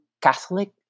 Catholic